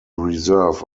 reserve